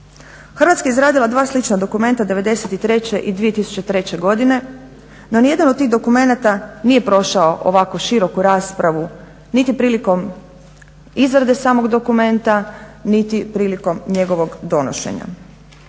Hrvatska je izradila dva slična dokumenta '93. i 2003. godine no nijedan od tih dokumenata nije prošao ovako široku raspravu niti prilikom izrade samog dokumenta, niti prilikom njegovog donošenja.